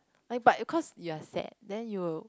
like but you cause you are sad then you